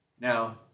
now